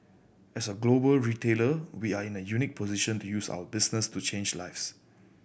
as a global retailer we are in a unique position to use our business to change lives